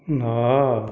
ନଅ